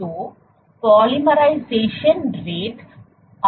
तो polymerisation rate ron हो सकता है